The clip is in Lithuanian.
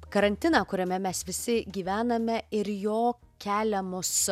karantiną kuriame mes visi gyvename ir jo keliamus